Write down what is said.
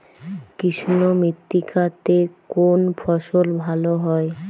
কৃষ্ণ মৃত্তিকা তে কোন ফসল ভালো হয়?